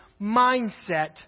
mindset